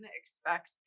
expect